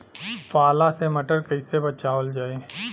पाला से मटर कईसे बचावल जाई?